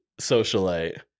socialite